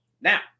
Now